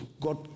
God